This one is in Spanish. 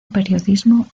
periodismo